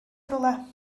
rhywle